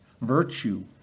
virtue